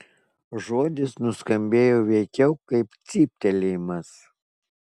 žodis nuskambėjo veikiau kaip cyptelėjimas